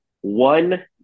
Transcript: one